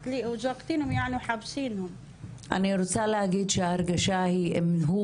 אני רוצה להגיד שההרגשה היא אם הוא